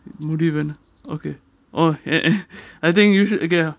முடியவில்லை:mudiyavillai okay oh eh eh I think you should